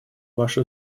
ваше